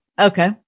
Okay